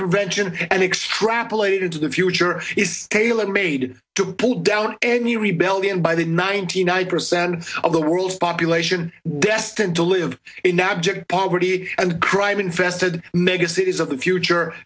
prevention and extrapolated to the future caleb made to pull down and the rebellion by the ninety nine percent of the world's population destined to live in abject poverty and crime infested mega cities of the future